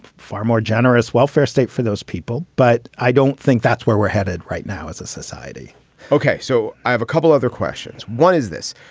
far more generous welfare state for those people. but i don't think that's where we're headed right now as a society ok. so i have a couple other questions. one is this.